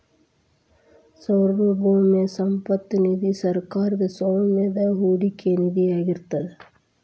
ಸಾರ್ವಭೌಮ ಸಂಪತ್ತ ನಿಧಿ ಸರ್ಕಾರದ್ ಸ್ವಾಮ್ಯದ ಹೂಡಿಕೆ ನಿಧಿಯಾಗಿರ್ತದ